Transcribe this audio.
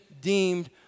deemed